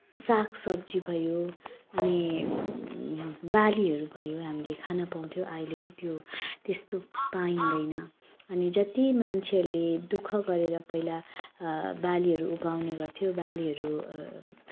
सागसब्जी भयो अनि बालीहरू भयो हामीले खान पाउँथ्यौँ अहिले चाहिँ त्यो त्यस्तो पाइँदैन अनि जत्ति मान्छेहरूले दुख गरेर पहिला बालीहरू उब्जाउने गर्थे बालीहरू